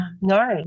No